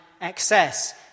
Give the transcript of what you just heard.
excess